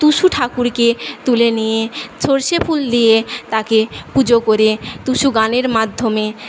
টুসু ঠাকুরকে তুলে নিয়ে সর্ষে ফুল দিয়ে তাকে পুজো করে টুসু গানের মাধ্যমে